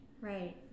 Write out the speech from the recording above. Right